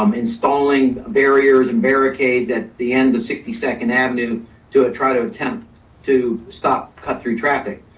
um installing barriers and barricades at the end of sixty second avenue to try to attempt to stop cut through traffic.